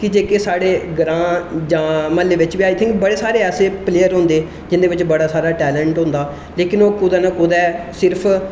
कि जेह्के साढे ग्रां जां म्हल्ले बिच्च बी आई थिंक बड़े सारे ऐसे प्लेयर होंदे जिंदे बिच्च बड़ा सारा टेलैंट होंदा लेकिन ओह् कुतै ना कुतै सिर्फ